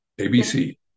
ABC